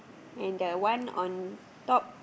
and the one on top